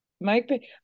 Mike